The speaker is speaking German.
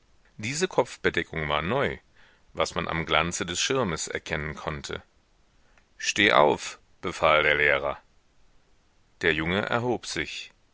diese kopfbedeckung war neu was man am glanze des schirmes erkennen konnte steh auf befahl der lehrer der junge erhob sich